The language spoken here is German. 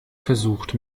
versucht